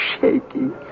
shaking